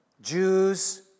Jews